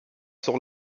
sur